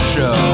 Show